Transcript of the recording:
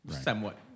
somewhat